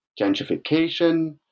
gentrification